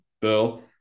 bill